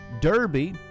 derby